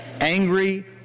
angry